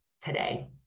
today